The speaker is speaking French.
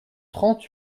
trente